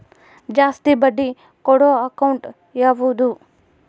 ಜಾಸ್ತಿ ಬಡ್ಡಿ ಕೊಡೋ ಅಕೌಂಟ್ ಯಾವುದು?